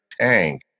tank